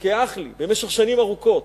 כאח לי במשך שנים ארוכות,